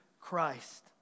Christ